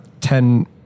ten